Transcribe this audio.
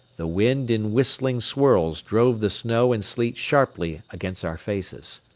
the wind in whistling swirls drove the snow and sleet sharply against our faces.